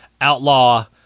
outlaw